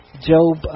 Job